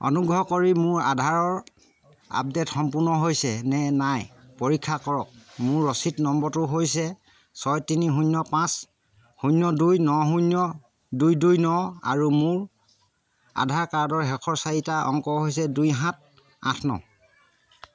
অনুগ্ৰহ কৰি মোৰ আধাৰৰ আপডে'ট সম্পূৰ্ণ হৈছেনে নাই পৰীক্ষা কৰক মোৰ ৰচিদ নম্বৰটো হৈছে ছয় তিনি শূন্য পাঁচ শূন্য দুই ন শূন্য দুই দুই আৰু মোৰ আধাৰ কাৰ্ডৰ শেষৰ চাৰিটা অংক হৈছে দুই সাত আঠ ন